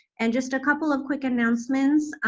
and just a couple of quick announcements.